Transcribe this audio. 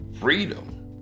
Freedom